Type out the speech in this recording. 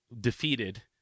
defeated